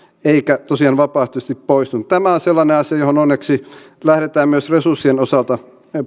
eikä tosiaan vapaaehtoisesti poistunut tämä on sellainen asia johon onneksi lähdetään myös resurssien osalta